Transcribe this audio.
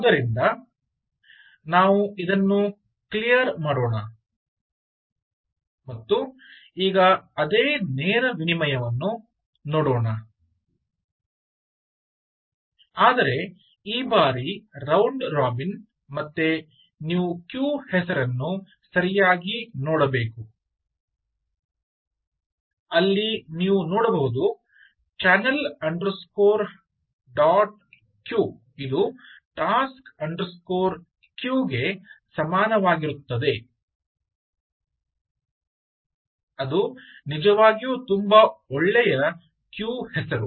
ಆದ್ದರಿಂದ ನಾವು ಇದನ್ನು ಕ್ಲಿಯರ್ ಮಾಡೋಣ ಮತ್ತು ಈಗ ಅದೇ ನೇರ ವಿನಿಮಯವನ್ನು ನೋಡೋಣ ಆದರೆ ಈ ಬಾರಿ ರೌಂಡ್ ರಾಬಿನ್ ಮತ್ತೆ ನೀವು ಕ್ಯೂ ಹೆಸರನ್ನು ಸರಿಯಾಗಿ ನೋಡಬೇಕು ಅಲ್ಲಿ ನೀವು ನೋಡಬಹುದು channel underscore dot queue channel dotqueue ಇದು task underscore queue task queue ಗೆ ಸಮಾನವಾಗಿರುತ್ತದೆ ಅದು ನಿಜವಾಗಿಯೂ ತುಂಬಾ ಒಳ್ಳೆಯ ಕ್ಯೂ ಹೆಸರು